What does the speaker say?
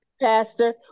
Pastor